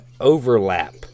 overlap